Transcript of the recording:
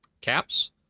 caps